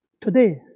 Today